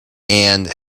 and